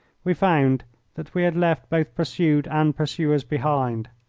we found that we had left both pursued and pursuers behind.